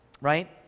right